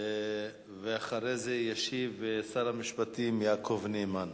ואחרי זה ישיב שר המשפטים יעקב נאמן.